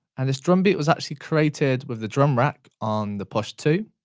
and this drum beat was actually created with the drum rack on the push two.